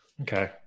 Okay